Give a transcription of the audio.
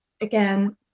again